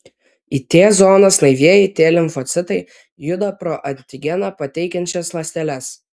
į t zonas naivieji t limfocitai juda pro antigeną pateikiančias ląsteles